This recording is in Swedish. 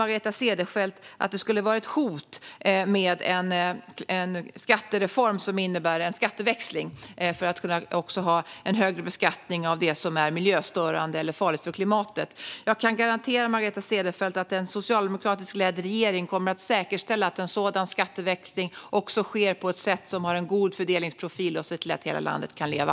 Margareta Cederfelt lyfter fram som ett hot den skatteväxling som innebär högre beskattning av det som är miljöstörande eller farligt för klimatet. Jag kan garantera Margareta Cederfelt att en socialdemokratiskt ledd regering kommer att säkerställa att en sådan skatteväxling sker på ett sådant sätt att den har en god fördelningsprofil och gör att hela landet kan leva.